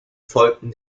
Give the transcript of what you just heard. folgten